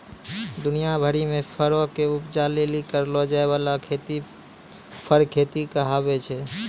दुनिया भरि मे फरो के उपजा लेली करलो जाय बाला खेती फर खेती कहाबै छै